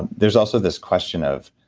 there's also this question of,